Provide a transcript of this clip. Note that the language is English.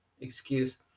excuse